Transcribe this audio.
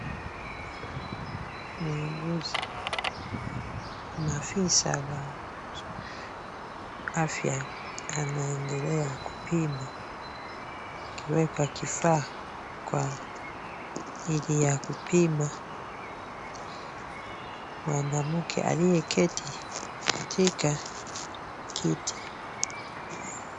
Muuguzi na afisa wa afya anaendelea kupima. Kuweka kifaa kwa mwili wa kupimwa. Mwanamke aliyeketi katika kiti.